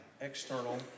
external